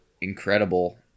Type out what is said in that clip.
incredible